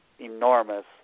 enormous